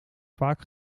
vaak